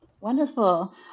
Wonderful